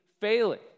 failing